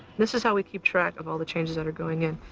this is how we keep track of all the changes that are going in.